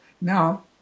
Now